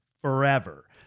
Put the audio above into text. forever